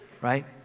right